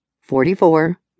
Forty-four